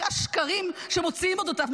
אחרי השקרים שמוציאים על אודותיו,